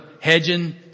hedging